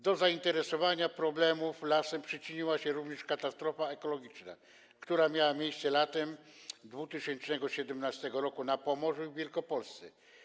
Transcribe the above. Do zainteresowania problemów lasem przyczyniła się również katastrofa ekologiczna, która miała miejsce latem 2017 r. na Pomorzu i w Wielkopolsce.